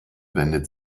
wendet